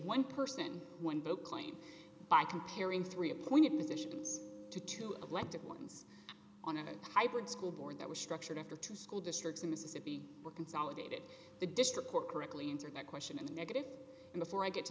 one person one vote claim by comparing three appointed musicians to two elected ones on a hybrid school board that was structured after two school districts in mississippi were consolidated the district court correctly answered that question in the negative and before i get to